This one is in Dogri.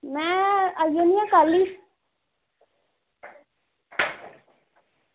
में आई जन्नी आं कल